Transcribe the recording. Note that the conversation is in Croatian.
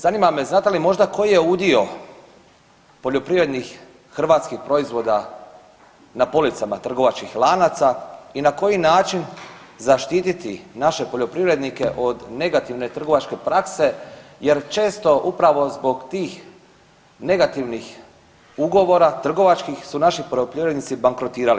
Zanima me znate li možda koji je udio poljoprivrednih hrvatskih proizvoda na policama trgovačkih lanaca i na koji način zaštititi naše poljoprivrednike od negativne trgovačke prakse jer često upravo zbog tih negativnih ugovora, trgovačkih, su naši poljoprivrednici bankrotirali.